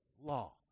law